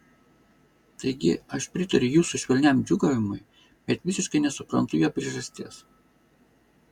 taigi aš pritariu jūsų švelniam džiūgavimui bet visiškai nesuprantu jo priežasties